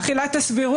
אך ללא עילת הסבירות?